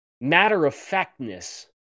matter-of-factness